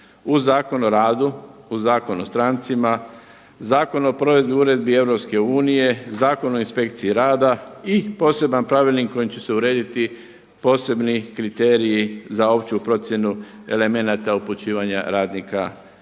u Zakon o radu, u Zakon o strancima, Zakon o provedbi uredbi EU, Zakon o inspekciji rada i poseban pravilnik kojim će se urediti posebni kriteriji za opću procjenu elementa upućivanja radnika i